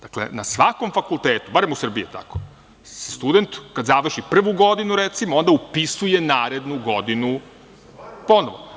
Dakle, na svakom fakultetu, barem u Srbiji, student kad završi prvu godinu recimo, onda upisuje narednu godinu ponovo.